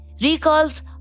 recalls